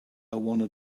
wanted